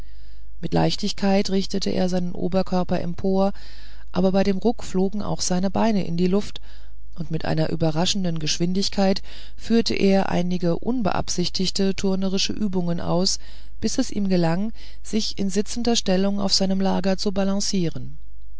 mit leichtigkeit richtete er seinen oberkörper empor aber bei dem ruck flogen auch seine beine in die luft und mit einer überraschenden geschwindigkeit führte er einige unbeabsichtigte turnerische übungen aus bis es ihm gelang sich in sitzender stellung auf seinem lager zu balancieren